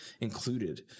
included